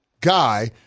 guy